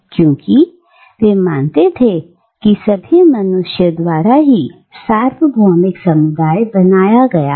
क्योंकि वे मानते थे कि सभी मनुष्य द्वारा ही सार्वभौमिक समुदाय बनाया गया है